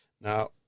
Now